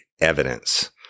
evidence